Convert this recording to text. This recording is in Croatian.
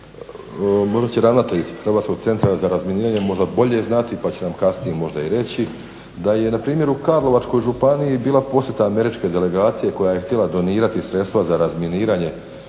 možda će ravnatelj Hrvatskog centra za razminiranje možda bolje znati pa će nam kasnije možda i reći, da je npr. u Karlovačkoj županiji bila posjeta američke delegacije koja je htjela donirati sredstva za razminiranje